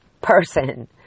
person